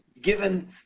given